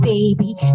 baby